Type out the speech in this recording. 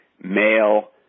male